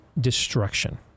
destruction